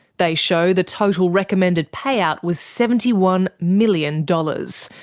they show the total recommended payout was seventy one million dollars,